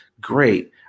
Great